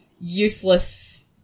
useless